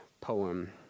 poem